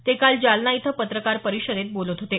ते काल जालना इथं पत्रकार परिषदेत बोलत होते